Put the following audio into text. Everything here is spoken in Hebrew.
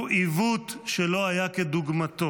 היא עיוות שלא היה כדוגמתו.